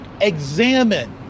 examine